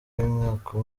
y’umwaka